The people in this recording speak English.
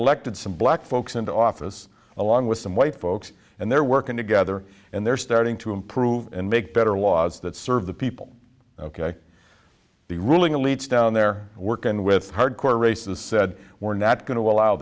elected some black folks into office along with some white folks and they're working together and they're starting to improve and make better laws that serve the people ok the ruling elites down there working with hard core races said we're not going to allow